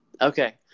okay